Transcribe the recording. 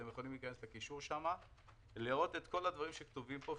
אתם יכולים להיכנס לקישור ולראות את כל הדברים שכתובים פה,